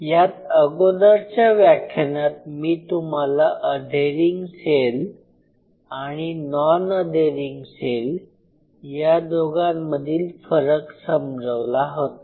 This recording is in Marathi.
यात अगोदरच्या व्याख्यानात मी तुम्हाला अधेरिंग सेल आणि नॉन अधेरिंग सेल या दोघांमधील फरक समजवला होता